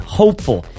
hopeful